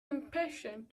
impatient